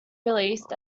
released